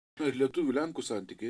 na ir lietuvių lenkų santykiai